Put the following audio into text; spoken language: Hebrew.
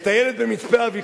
את הילד במצפה-אביחי,